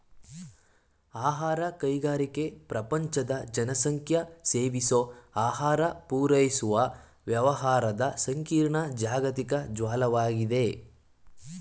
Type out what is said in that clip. ಆಹಾರ ಕೈಗಾರಿಕೆ ಪ್ರಪಂಚದ ಜನಸಂಖ್ಯೆಸೇವಿಸೋಆಹಾರಪೂರೈಸುವವ್ಯವಹಾರದಸಂಕೀರ್ಣ ಜಾಗತಿಕ ಜಾಲ್ವಾಗಿದೆ